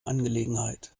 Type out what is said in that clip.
angelegenheit